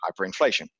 hyperinflation